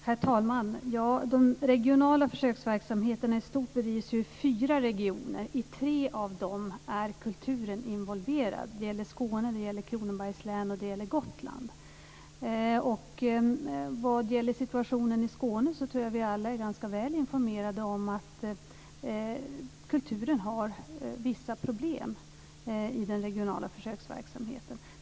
Herr talman! De regionala försöksverksamheterna i stort bedrivs i fyra regioner. I tre av dem är kulturen involverad. Det gäller Skåne, Kronobergs län och Gotland. Vad gäller situationen i Skåne tror jag att vi alla är ganska väl informerade om att kulturen har vissa problem i den regionala försöksverksamheten.